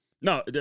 No